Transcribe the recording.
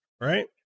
right